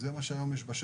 זה מה שיש היום בשטח,